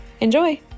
Enjoy